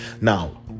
Now